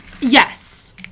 Yes